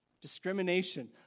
discrimination